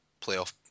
playoff